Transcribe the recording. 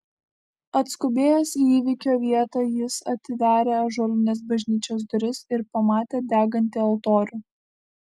atskubėjęs į įvykio vietą jis atidarė ąžuolines bažnyčios duris ir pamatė degantį altorių